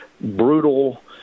brutal